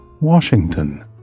Washington